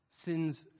Sin's